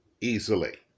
easily